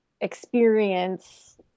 experience